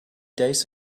days